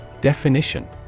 Definition